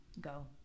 go